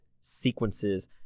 sequences